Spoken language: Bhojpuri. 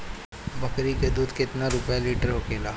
बकड़ी के दूध केतना रुपया लीटर होखेला?